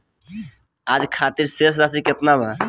आज खातिर शेष राशि केतना बा?